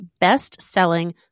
best-selling